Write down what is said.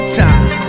time